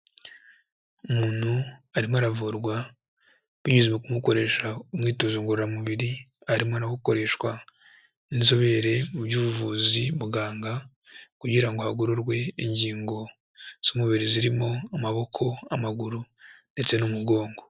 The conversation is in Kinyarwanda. Umuntu arimo aravurwa binyuze mu kumukoresha umwitozo ngororamubiri, arimo arawukoreshwa n'inzobere mu by'ubuvuzi muganga kugira ngo hagororwe ingingo z'umubiri zirimo amaboko, amaguru ndetse n'umugongo.